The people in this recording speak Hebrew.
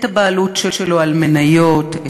את הבעלות שלו על מניות,